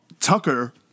Tucker